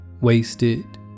wasted